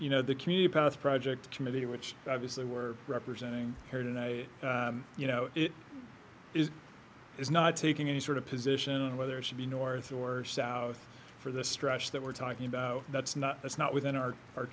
you know the community path project committee which obviously we're representing here and i you know it is is not taking any sort of position on whether it should be north or south for the stretch that we're talking about that's not that's not within our our